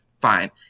Fine